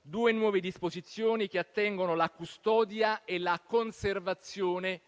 due nuove disposizioni che attengono la custodia e la conservazione